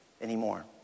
anymore